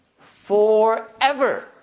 Forever